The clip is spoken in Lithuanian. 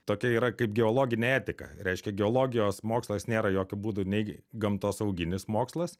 tokia yra kaip geologinė etika reiškia geologijos mokslas nėra jokiu būdu nei gamtosauginis mokslas